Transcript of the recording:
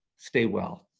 stay well.